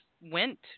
went